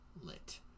lit